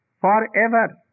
forever